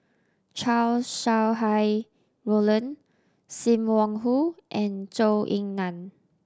Chow Sau Hai Roland Sim Wong Hoo and Zhou Ying Nan